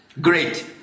Great